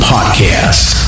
Podcast